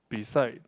beside